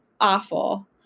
awful